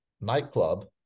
nightclub